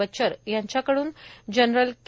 बचर यांच्याकडून जनरल के